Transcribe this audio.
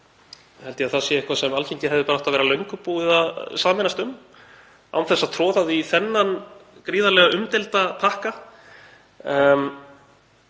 held ég að það sé eitthvað sem Alþingi hefði átt að vera löngu búið að sameinast um án þess að troða því í þennan gríðarlega umdeilda pakka.